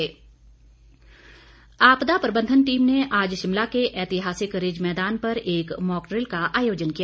mock drill आपदा प्रबंधन team ने आज शिमला के ऐतिहासिक रिज मैदान पर एक मॉकड्रिल का आयोजन किया